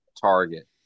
target